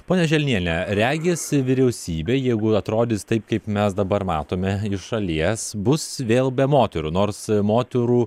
ponia želniene regis vyriausybė jeigu atrodys taip kaip mes dabar matome iš šalies bus vėl be moterų nors moterų